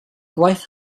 gwaith